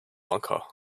lanka